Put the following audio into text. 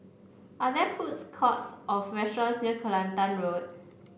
are there foods courts of restaurants near Kelantan Road